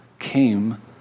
Came